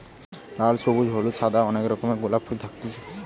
লাল, সবুজ, হলুদ, সাদা অনেক রকমের গোলাপ ফুল থাকতিছে